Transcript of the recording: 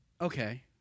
okay